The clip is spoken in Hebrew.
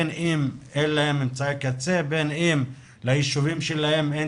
בין אם אין להם אמצעי קצה ובין אם לישובים להם אין